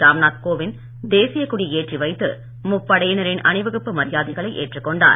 ராம் நாத் கோவிந்த் தேசிய கொடியை ஏற்றி வைத்து முப்படையினரின் அணிவகுப்பு மரியாதைகளை ஏற்றுக் கொண்டார்